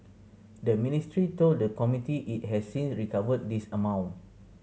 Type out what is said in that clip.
the ministry told the committee it has since recovered this amount